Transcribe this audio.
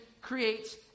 creates